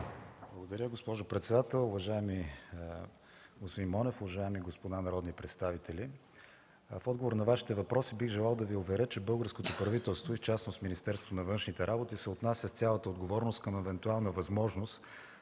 Уважаеми господин Монев, уважаеми господа народни представители, в отговор на Вашите въпроси бих желал да Ви уверя, че българското правителство и в частност Министерството на външните работи се отнася с цялата отговорност към евентуална възможност,